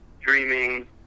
dreaming